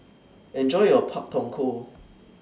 Enjoy your Pak Thong Ko